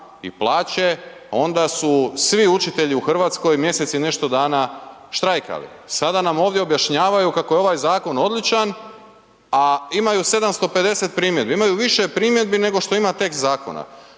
i plaće, a onda su svi učitelji u RH mjesec i nešto dana štrajkali. Sada nam ovdje objašnjavaju kako je ovaj zakon odličan, a imaju 750 primjedbi, imaju više primjedbi nego što ima tekst zakona,